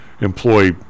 employ